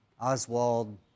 Oswald